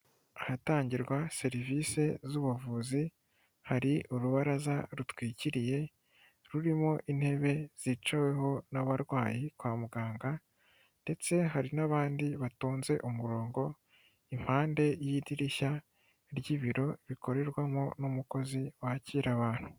Ahatangirwa serivisi z'ubuvuzi, hari urubaraza rutwikiriye rurimo intebe zicaweho n'abarwayi kwa muganga ndetse hari n'abandi batonze umurongo, impande y'idirishya ry'ibiro bikorerwamo n'umukozi wakira abantu.